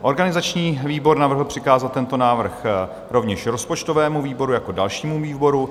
Organizační výbor navrhl přikázat tento návrh rovněž rozpočtovému výboru jako dalšímu výboru.